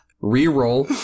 re-roll